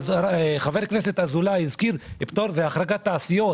חבר הכנסת אזולאי הזכיר פטור והחרגת תעשיות.